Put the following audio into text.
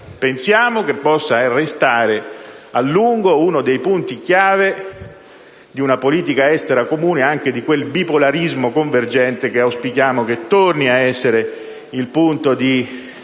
Pensiamo che questo possa restare a lungo uno dei punti chiave di una politica estera comune e anche di quel bipolarismo convergente che auspichiamo torni ad essere il punto di